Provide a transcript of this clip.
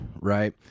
Right